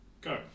Go